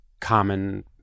common